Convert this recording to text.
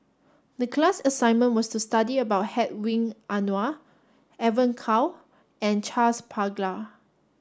the class assignment was to study about Hedwig Anuar Evon Kow and Charles Paglar